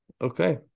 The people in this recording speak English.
okay